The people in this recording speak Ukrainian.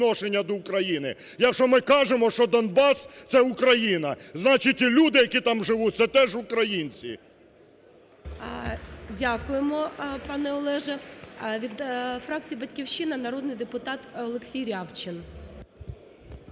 до України. Якщо ми кажемо, що Донбас – це Україна, значить і люди, які там живуть, це теж українці. ГОЛОВУЮЧИЙ. Дякуємо, пане Олеже. Від фракції "Батьківщина" – народний депутат Олексій Рябчин.